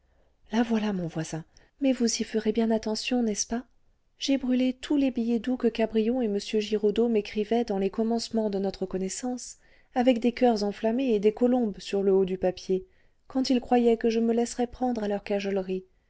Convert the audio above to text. la voilà mon voisin mais vous y ferez bien attention n'est-ce pas j'ai brûlé tous les billets doux que cabrion et m giraudeau m'écrivaient dans les commencements de notre connaissance avec des coeurs enflammés et des colombes sur le haut du papier quand ils croyaient que je me laisserais prendre à leurs